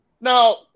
Now